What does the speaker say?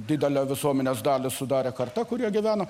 didelę visuomenės dalį sudarė karta kuri gyveno